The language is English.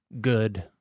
good